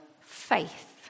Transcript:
faith